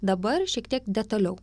dabar šiek tiek detaliau